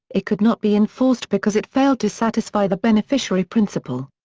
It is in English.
it could not be enforced because it failed to satisfy the beneficiary principle.